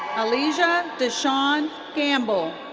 alijah deshawn gamble.